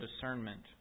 discernment